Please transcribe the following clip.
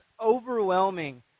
overwhelming